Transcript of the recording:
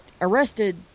arrested